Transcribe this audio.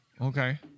Okay